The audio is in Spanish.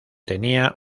tenía